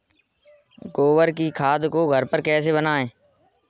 गोबर की खाद को घर पर कैसे बनाएँ?